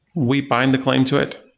we bind the claim to it.